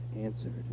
answered